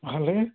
ভালেই